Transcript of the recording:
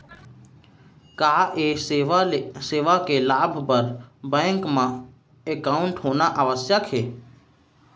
का ये सेवा के लाभ बर बैंक मा एकाउंट होना आवश्यक हे